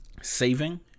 Saving